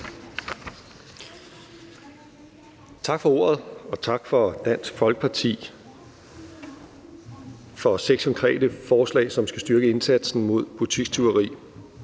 Tak for ordet, og tak til Dansk Folkeparti for seks konkrete forslag, som skal styrke indsatsen mod butikstyveri.